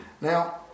now